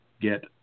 get